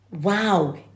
Wow